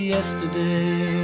Yesterday